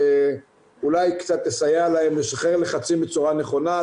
שאולי קצת תסייע להם לשחרר לחצים בצורה נכונה,